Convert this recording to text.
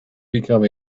become